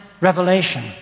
revelation